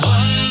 One